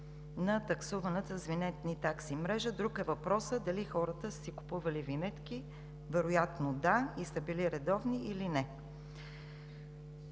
на таксуваната с винетни такси мрежа. Друг е въпросът дали хората са си купували винетки. Вероятно – да, и са били редовни или не.